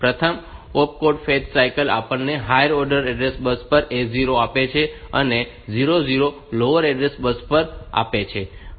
પ્રથમ opcode fetch cycle આપણને higher order address bus પર A0 આપે છે અને 00 લોઅર ઓર્ડર એડ્રેસ બસ પર છે